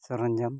ᱥᱚᱨᱚᱧᱡᱟᱢ